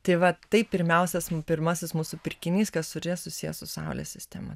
tai va tai pirmiausias pirmasis mūsų pirkinys kas susiję su saulės sistema